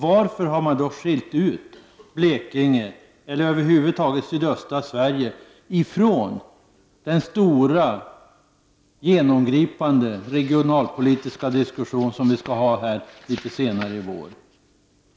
Varför har man då skilt ut Blekinge, och över huvud taget sydöstra Sverige, från den stora genomgripande regionalpolitiska diskussion som vi skall ha här litet senare under våren?